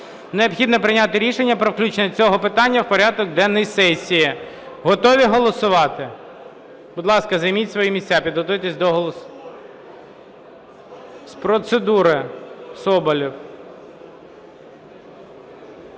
Необхідно прийняти рішення про включення цього питання в порядок денний сесії. Готові голосувати? Будь ласка, займіть свої місця, підготуйтесь до голосування. З процедури – Соболєв.